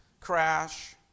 crash